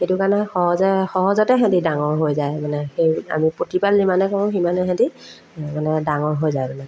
সেইটো কাৰণে সহজে সহজতে সেহেঁতি ডাঙৰ হৈ যায় মানে সেই আমি প্ৰতিপাল যিমানেই কৰোঁ সিমানেই সেহেঁতি মানে ডাঙৰ হৈ যায় মানে